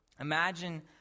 Imagine